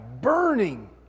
burning